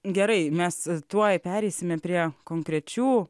gerai mes tuoj pereisime prie konkrečių